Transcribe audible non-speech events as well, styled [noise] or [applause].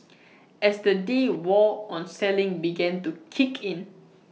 [noise] as the day wore on selling began to kick in